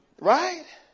Right